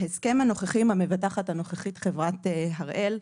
ההסכם הנוכחי עם המבטחת הנוכחית, חברת הראל,